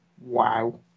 Wow